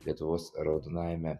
lietuvos raudonajame